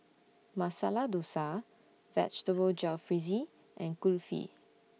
Masala Dosa Vegetable Jalfrezi and Kulfi